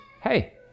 Hey